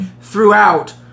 throughout